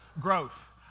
growth